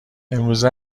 امروزه